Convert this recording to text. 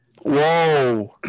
Whoa